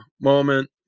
moment